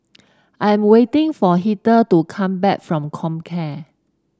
I'm waiting for Heather to come back from Comcare